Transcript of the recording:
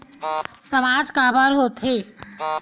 सामाज काबर हो थे?